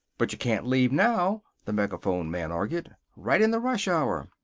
but you can't leave now, the megaphone man argued. right in the rush hour.